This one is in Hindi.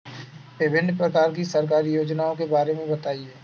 विभिन्न प्रकार की सरकारी योजनाओं के बारे में बताइए?